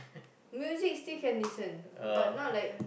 no you see you still can listen but not like